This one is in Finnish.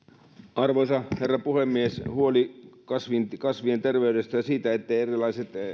arvoisa herra puhemies huoli kasvien terveydestä ja siitä etteivät erilaiset